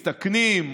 מסתכנים,